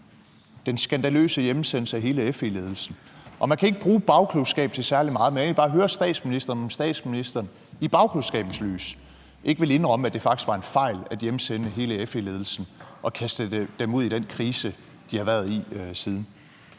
den skandaløse hjemsendelse af hele FE-ledelsen. Man kan ikke bruge bagklogskab til særlig meget, men jeg vil egentlig bare høre statsministeren, om statsministeren i bagklogskabens lys ikke vil indrømme, at det faktisk var en fejl at hjemsende hele FE-ledelsen, og at det kastede dem ud i den krise, de har været i siden.